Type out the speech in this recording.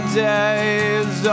days